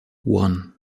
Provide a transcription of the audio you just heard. one